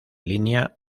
línea